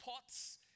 pots